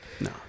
No